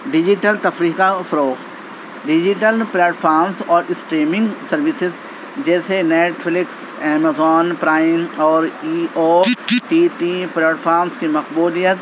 digital تفریح کا فروغ ڈیجیٹل پلیٹ فامس اور اسٹریمنگ سروسز جیسے نیٹ فلکس ایمزوں پرائم اور E O T P platforms کی مقبولیت